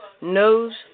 knows